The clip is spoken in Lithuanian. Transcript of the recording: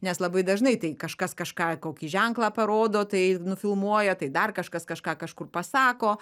nes labai dažnai tai kažkas kažką kokį ženklą parodo tai nufilmuoja tai dar kažkas kažką kažkur pasako